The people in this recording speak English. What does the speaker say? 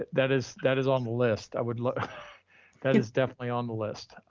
that that is, that is on the list. i would love that is definitely on the list.